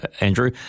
Andrew